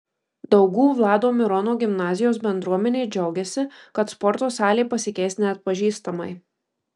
daugų vlado mirono gimnazijos bendruomenė džiaugiasi kad sporto salė pasikeis neatpažįstamai